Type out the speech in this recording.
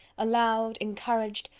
allowed, encouraged,